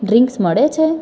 drinks મળે છે